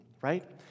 right